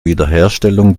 wiederherstellung